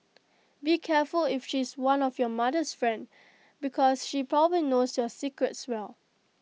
be careful if she's one of your mother's friend because she probably knows your secrets as well